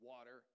Water